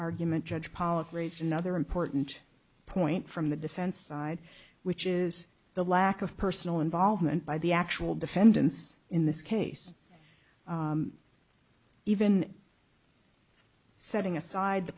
argument judge pollack raised another important point from the defense side which is the lack of personal involvement by the actual defendants in this case even setting aside the